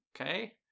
okay